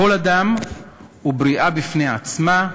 כל אדם הוא בריאה בפני עצמה,